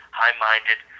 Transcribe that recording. high-minded